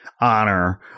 honor